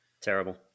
Terrible